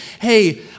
hey